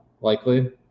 likely